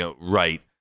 right